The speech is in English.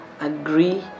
agree